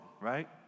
right